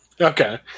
Okay